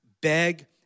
beg